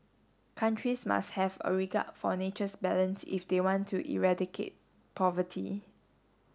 countries must have a regard for nature's balance if they want to eradicate poverty